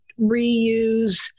reuse